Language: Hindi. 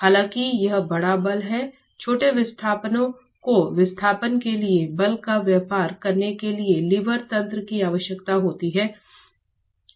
हालांकि एक बड़ा बल है छोटे विस्थापनों को विस्थापन के लिए बल का व्यापार करने के लिए लीवर तंत्र की आवश्यकता होती है जो कि महत्वपूर्ण बिंदु है